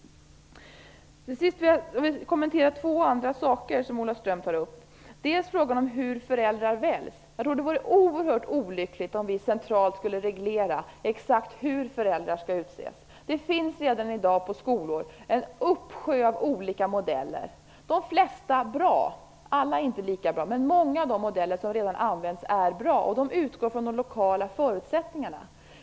Jag vill kommentera ytterligare två saker som Ola Ström tog upp. Hur väljs föräldrarepresentanterna? Det vore oerhört olyckligt om vi centralt skulle reglera exakt hur föräldrar skall utses. Det finns redan i dag på skolor en uppsjö av olika modeller. De flesta är bra, alla är inte lika bra, men många av de modeller som redan används är bra. Där utgår man från de lokala förutsättningarna.